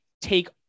take